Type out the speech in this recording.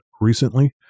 recently